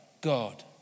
God